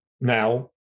now